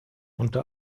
unter